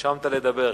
נרשמת לדבר.